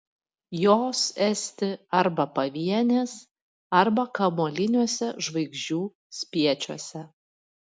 jos esti arba pavienės arba kamuoliniuose žvaigždžių spiečiuose